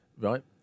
right